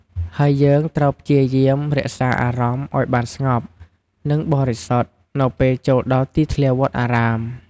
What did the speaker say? ហើយយើងត្រូវព្យាយាមរក្សាអារម្មណ៍ឲ្យបានស្ងប់ និងបរិសុទ្ធ នៅពេលចូលដល់ទីធាវត្តអារាម។